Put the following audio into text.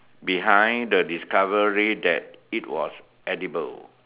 behind the discovery that it was edible